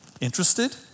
Interested